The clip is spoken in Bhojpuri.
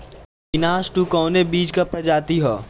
अविनाश टू कवने बीज क प्रजाति ह?